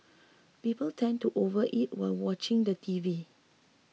people tend to overeat while watching the T V